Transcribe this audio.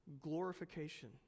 glorification